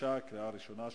התש"ע 2009,